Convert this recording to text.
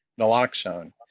naloxone